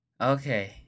Okay